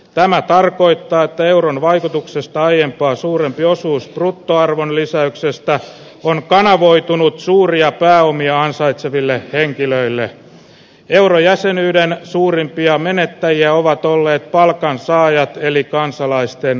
tämä tarkoittaa että euron vaikutuksesta aiempaa suurempi osuus bruttoarvonlisäyksestä on kanavoitunut suuria pääomia ansaitseville henkilöille eurojäsenyyden suurimpia menettäjiä ovat olleet palkansaajat eli kansalaisten